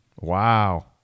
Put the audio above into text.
wow